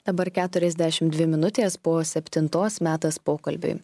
dabar keturiasdešimt dvi minutės po septintos metas pokalbiui